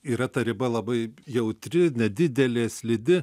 yra ta riba labai jautri nedidelė slidi